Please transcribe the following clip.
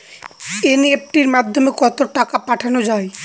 NEFT মাধ্যমে কত টাকা পাঠানো যায়?